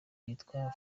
yitwa